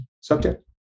subject